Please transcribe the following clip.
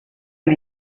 amb